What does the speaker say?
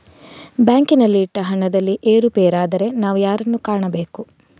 ಬ್ಯಾಂಕಿನಲ್ಲಿ ಇಟ್ಟ ಹಣದಲ್ಲಿ ಏರುಪೇರಾದರೆ ನಾವು ಯಾರನ್ನು ಕಾಣಬೇಕು?